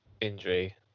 injury